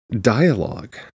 dialogue